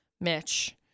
Mitch